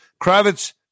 Kravitz